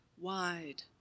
wide